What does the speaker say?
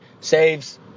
saves